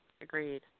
agreed